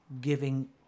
giving